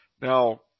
Now